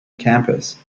campus